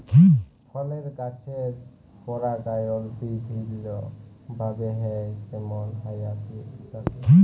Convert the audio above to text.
ফলের গাছের পরাগায়ল বিভিল্য ভাবে হ্যয় যেমল হায়া দিয়ে ইত্যাদি